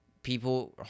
people